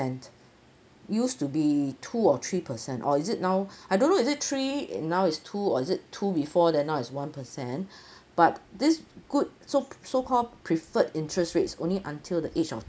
used to be two or three percent or is it now I don't know is it three and now is two or is it two before then now is one percent but this good so so called preferred interest rate's only until the age of